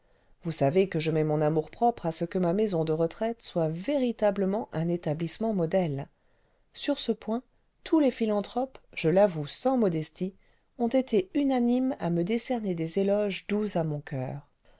vous savez que je mets mon amour-propre à ce que ma maison de retraite soit véritablement un établissement modèle sur ce point tous les philanthropes je l'avoue sans modestie ont été unanimes à me décerner des éloges doux à mon coeur